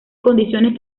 condiciones